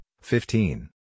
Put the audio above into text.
fifteen